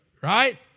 right